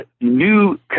new